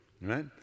right